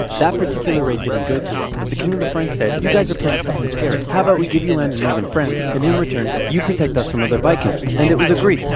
that particular raid didn't go too well, but the king of the franks said, you guys are pretty tough and scary. how about we give you land in northern france, and in return, you protect us from other vikings and it was agreed.